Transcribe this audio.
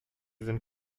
sind